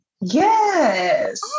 Yes